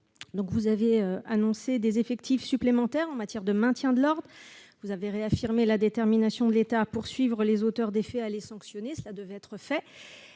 Vous avez annoncé des effectifs supplémentaires pour assurer le maintien de l'ordre et réaffirmé la détermination de l'État à poursuivre les auteurs des faits et à les sanctionner. Cela devait être fait.